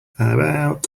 about